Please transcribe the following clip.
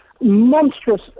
monstrous